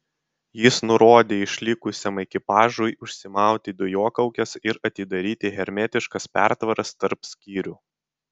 jis nurodė išlikusiam ekipažui užsimauti dujokaukes ir atidaryti hermetiškas pertvaras tarp skyrių